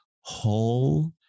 whole